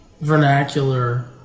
vernacular